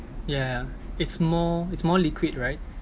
yeah it's more it's more liquid right